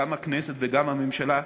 גם הכנסת וגם הממשלה,